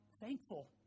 thankful